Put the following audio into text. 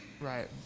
Right